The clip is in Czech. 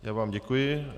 Já vám děkuji.